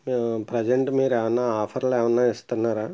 present మీరేమన్నా ఆఫర్లేమన్నా ఇస్తన్నారా